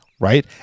Right